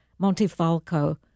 Montefalco